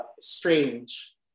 strange